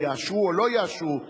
יאשרו או לא יאשרו.